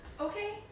Okay